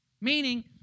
Meaning